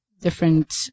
different